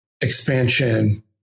expansion